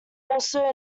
also